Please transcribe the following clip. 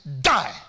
die